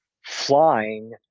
flying